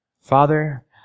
Father